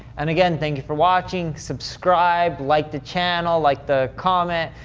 and again, thank you for watching. subscribe, like the channel. like the comment.